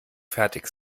fertig